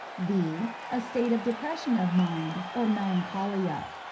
b. a state of depression of mind, or melancholia.